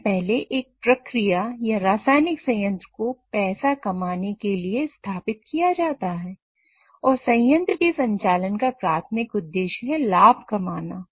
सबसे पहले एक प्रक्रिया या रासायनिक संयंत्र को पैसा कमाने के लिए स्थापित किया जाता है और संयंत्र के संचालन का प्राथमिक उद्देश्य है लाभ कमाना